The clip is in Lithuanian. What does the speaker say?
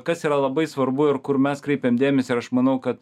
kas yra labai svarbu ir kur mes kreipiam dėmesį ir aš manau kad